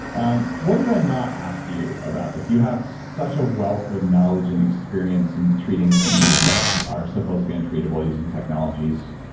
um what did i not ask you about this? you have such a wealth of knowledge and experience in treating things that are supposed to be untreatable using technologies,